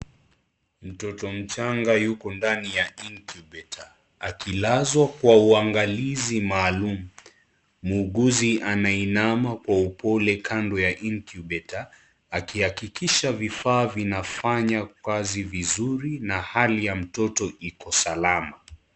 Mtoto mchanga yuko ndani ya incubator akilazwa kwa uangalizi maalum muuguzi ameinama kwa upole kando ya incubator akihakikisha vifaa vinafanya kazi vizuri na hali ya mtoto iko salama.